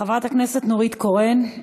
חברת הכנסת נורית קורן?